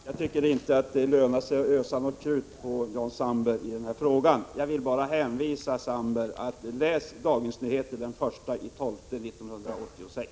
Herr talman! Jag tycker inte att det lönar sig att ösa krut på Jan Sandberg i denna fråga. Jag vill bara hänvisa Jan Sandberg till att läsa Dagens Nyheter den 1 december 1986.